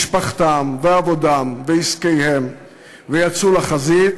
משפחתם ועבודתם ועסקיהם ויצאו לחזית,